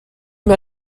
mae